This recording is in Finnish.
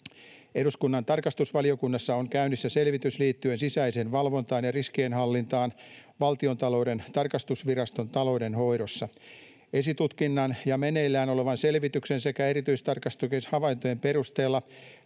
Eduskunnan tarkastusvaliokunnassa on käynnissä selvitys liittyen sisäiseen valvontaan ja riskienhallintaan Valtiontalouden tarkastusviraston taloudenhoidossa. Esitutkinnan ja meneillään olevan selvityksen sekä erityistarkastuksen havaintojen perusteella